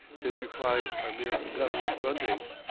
his replies are mere guttural gruntings,